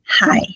Hi